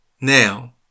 Now